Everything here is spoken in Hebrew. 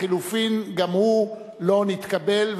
החלופין גם הוא לא נתקבל,